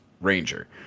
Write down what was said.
ranger